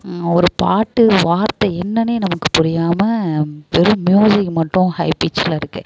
ஒரு பாட்டு வார்த்தை என்னன்னே நமக்கு புரியாமல் வெறும் மியூசிக் மட்டும் ஹை பீச்ல இருக்குது